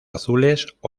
azules